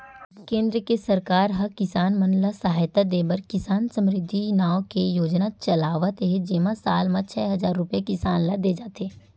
केंद्र के सरकार ह किसान मन ल सहायता देबर किसान समरिद्धि नाव के योजना चलावत हे जेमा साल म छै हजार रूपिया किसान ल दे जाथे